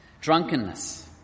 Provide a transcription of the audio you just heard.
drunkenness